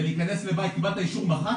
ולהיכנס לבית, קיבלת אישור מח"ט?